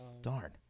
Darn